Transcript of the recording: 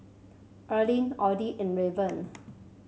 Earline Audy and Raven